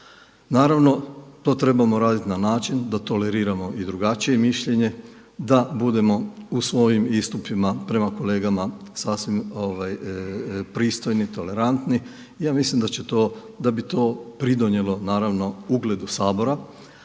Naravno to trebamo raditi na način da toleriramo i drugačije mišljenje, da budemo u svojim istupima prema kolegama sasvim pristojni, tolerantni i ja mislim da bi to pridonijelo naravno ugledu Sabora